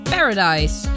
Paradise